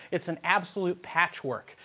it's an absolute patchwork.